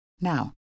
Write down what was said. Now